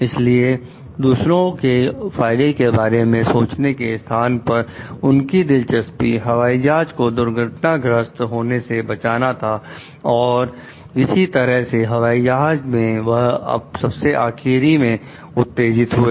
इसलिए दूसरों के फायदे के बारे में सोचने के स्थान पर उनकी दिलचस्पी हवाई जहाज को दुर्घटनाग्रस्त होने से बचाना था और किसी तरह हवाई जहाज मैं वह सबसे आखिरी में उत्तेजित हुए